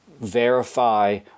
verify